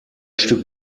stück